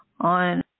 on